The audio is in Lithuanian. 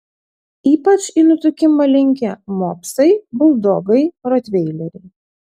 ypač į nutukimą linkę mopsai buldogai rotveileriai